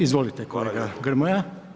Izvolite, kolega Grmoja.